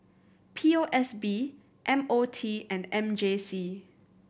P O S B M O T and M J C